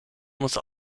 muss